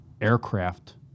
aircraft